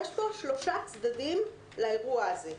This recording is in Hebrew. יש שלושה צדדים לאירוע הזה.